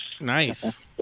Nice